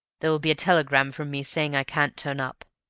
there will be a telegram from me saying i can't turn up.